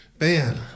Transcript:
Man